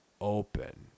open